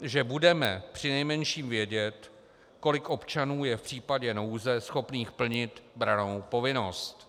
že budeme přinejmenším vědět, kolik občanů je v případě nouze schopných plnit brannou povinnost.